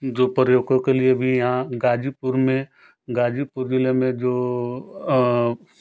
जो पर्यटकों के लिए भी यहाँ गाजीपुर में गाजीपुर ज़िले में जो